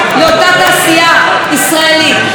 שהיא שגריר מצוין של מדינת ישראל,